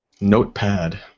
Notepad